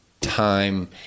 time